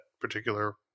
particular